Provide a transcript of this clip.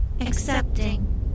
Accepting